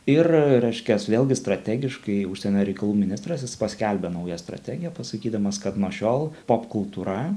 ir reiškias vėlgi strategiškai užsienio reikalų ministras jis paskelbė naują strategiją pasakydamas kad nuo šiol popkultūra